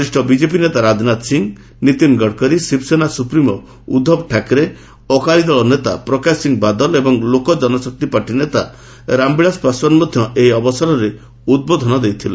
ବରିଷ୍ଣ ବିଜେପି ନେତା ରାଜନାଥ ସିଂ ନୀତିନ ଗଡ଼କରି ଶିବସେନା ସୁପ୍ରିମୋ ଉଧବ ଠାକ୍ରେ ଅକାଳୀଦଳ ନେତା ପ୍ରକାଶ ସିଂ ବାଦଲ ଏବଂ ଲୋକଜନଶକ୍ତି ପାର୍ଟି ନେତା ରାମବିଳାସ ପାଶ୍ୱାନ ମଧ୍ୟ ଏହି ଅବସରରେ ଉଦ୍ବୋଧନ ଦେଇଥିଲେ